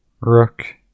rook